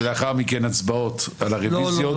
ולאחר מכן הצבעות על הרוויזיות.